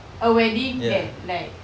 a wedding that like